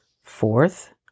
Fourth